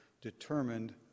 determined